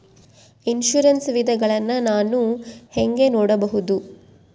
Insurance ವಿಧಗಳನ್ನ ನಾನು ಹೆಂಗ ನೋಡಬಹುದು?